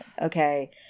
Okay